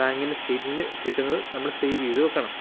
ബാങ്കിൻ്റെ സ്റ്റേറ്റ്മെൻറ്റ് കിട്ടുന്നത് നമ്മള് സേവ് ചെയ്ത് വെക്കണം